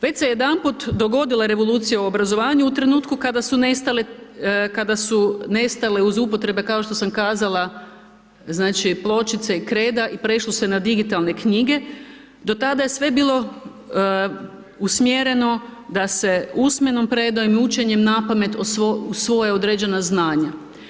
Već se je jedanput dogodila revolucija u obrazovanju u trenutku kada su nestale uz upotrebe kao što sam kazala, pločice i kreda i prešlo se na digitalne knjige, do tada je sve bilo usmjereno da se usmenom predajom i učenjem napamet usvoje određena znanja.